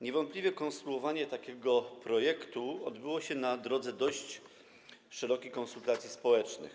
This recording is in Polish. Niewątpliwie konstruowanie takiego projektu odbyło się na drodze dość szerokich konsultacji społecznych.